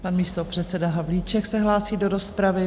Pan místopředseda Havlíček se hlásí do rozpravy.